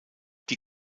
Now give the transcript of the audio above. die